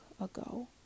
ago